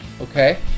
Okay